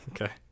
Okay